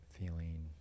feeling